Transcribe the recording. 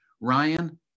Ryan